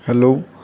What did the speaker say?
hello